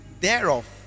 thereof